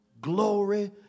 glory